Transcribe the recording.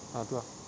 ah itu ah